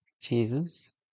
Jesus